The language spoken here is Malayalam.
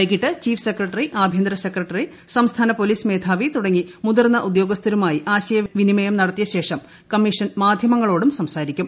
വൈകിട്ട് ചീഫ് സെക്രട്ടറി ആഭ്യന്തര സെക്രട്ടറി സംസ്ഥാന പോലീസ് മേധാവി തുടങ്ങിയ മുതിർന്ന ഉദ്യോഗസ്ഥരുമായി ആശയവിനിമയം നടത്തിയശേഷം കമ്മീഷൻ മാധ്യങ്ങളോടും സംസാരിക്കും